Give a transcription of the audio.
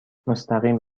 مستقیم